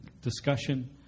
discussion